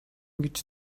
гэж